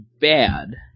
bad